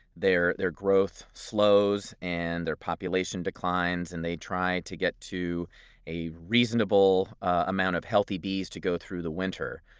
their their growth slows and their population declines. and they try to get to a reasonable amount of healthy bees to go through the winter.